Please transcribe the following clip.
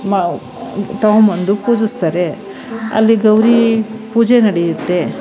ಮ ತಗೊಂಡ್ಬಂದು ಪೂಜಿಸ್ತಾರೆ ಅಲ್ಲಿ ಗೌರಿ ಪೂಜೆ ನಡೆಯುತ್ತೆ